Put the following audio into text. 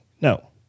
no